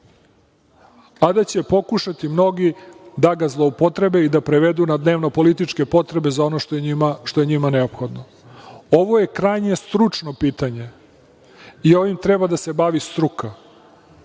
a da će pokušati mnogi da ga zloupotrebe i da prevedu na dnevnopolitičke potrebe za ono što je njima neophodno. Ovo je krajnje stručno pitanje i ovim treba da se bavi struka,